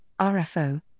RFO